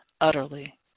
utterly